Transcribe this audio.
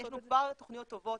כן, יש לנו כבר תוכניות טובות.